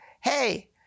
Hey